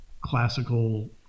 classical